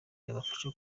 yabafasha